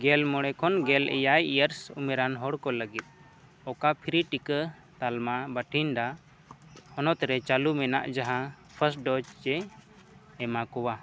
ᱜᱮᱞᱢᱚᱬᱮ ᱠᱷᱚᱱ ᱜᱮᱞ ᱮᱭᱟᱭ ᱤᱭᱟᱨᱥ ᱩᱢᱮᱨᱟᱱ ᱦᱚᱲᱠᱚ ᱞᱟᱹᱜᱤᱫ ᱚᱠᱟ ᱯᱷᱨᱤ ᱴᱤᱠᱟᱹ ᱛᱟᱞᱢᱟ ᱵᱟᱛᱷᱤᱱᱰᱟ ᱦᱚᱱᱚᱛᱨᱮ ᱪᱟᱹᱞᱩ ᱢᱮᱱᱟᱜ ᱡᱟᱦᱟᱸ ᱯᱷᱟᱥᱴ ᱰᱳᱡᱽ ᱮ ᱮᱢᱟ ᱠᱚᱣᱟ